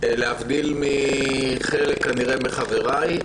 להבדיל מחלק מחבריי,